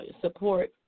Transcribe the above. support